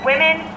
Women